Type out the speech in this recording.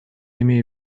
имею